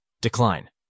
Decline